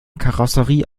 karosserie